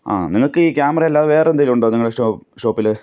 ആ നിങ്ങൾക്കീ ക്യാമറയല്ലാതെ വേറെ എന്തെങ്കിലും ഉണ്ടോ നിങ്ങളുടെ ഷൊ ഷോപ്പിൽ